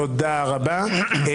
תודה רבה.